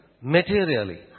materially